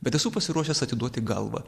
bet esu pasiruošęs atiduoti galvą